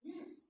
Yes